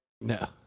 No